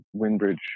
Winbridge